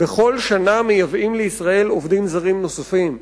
בכל שנה מייבאים לישראל עובדים זרים נוספים,